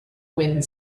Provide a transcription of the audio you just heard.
wind